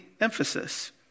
emphasis